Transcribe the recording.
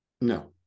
No